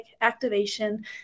activation